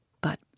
But